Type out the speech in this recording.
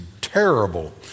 terrible